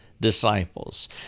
disciples